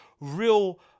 real